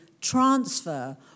transfer